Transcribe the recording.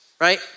right